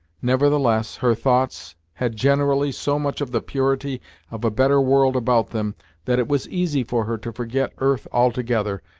nevertheless her thoughts had generally so much of the purity of a better world about them that it was easy for her to forget earth altogether,